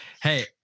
Hey